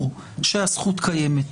שהזכות קיימת.